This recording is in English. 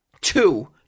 two